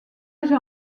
j’ai